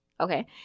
Okay